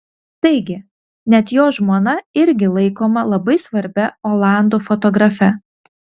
taigi net jo žmona irgi laikoma labai svarbia olandų fotografe